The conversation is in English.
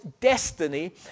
destiny